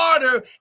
water